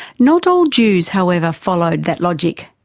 not all jews however followed that logic.